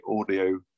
audio